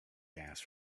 gas